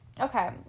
Okay